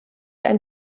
ein